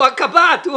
הוא הקב"ט.